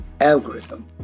algorithm